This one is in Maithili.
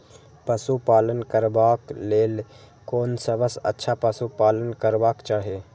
पशु पालन करबाक लेल कोन सबसँ अच्छा पशु पालन करबाक चाही?